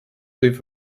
with